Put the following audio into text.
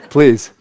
Please